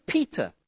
Peter